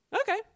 Okay